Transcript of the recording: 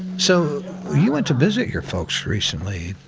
so you went to visit your folks recently.